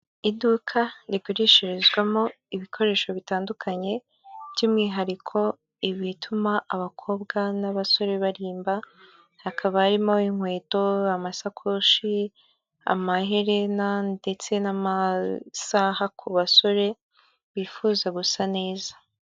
Iduka rigurishirizwamo ibikoresho bitandukanye, by'umwihariko ibituma abakobwa n'abasore barimba, hakaba harimo inkweto, amasakoshi, amaherena ndetse n'amasaha ku basore bifuza gusa neza.